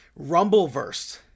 Rumbleverse